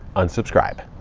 unsubscribe!